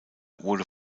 wurde